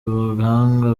ubuhanga